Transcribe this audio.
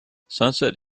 sunset